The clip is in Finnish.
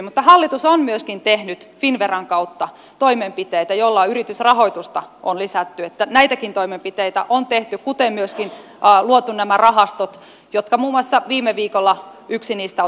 mutta hallitus on myöskin tehnyt finnveran kautta toimenpiteitä joilla yritysrahoitusta on lisätty niin että näitäkin toimenpiteitä on tehty kuten myöskin luotu nämä rahastot joista muun muassa viime viikolla yksi niistä on